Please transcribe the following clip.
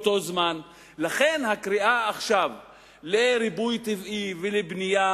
לכן הקריאה עכשיו לריבוי טבעי ולבנייה